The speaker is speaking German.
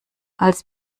als